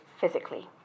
physically